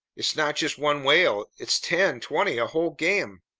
it's not just one whale, it's ten, twenty, a whole gam!